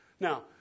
Now